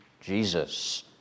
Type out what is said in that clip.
Jesus